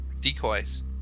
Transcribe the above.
decoys